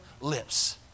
lips